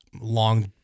long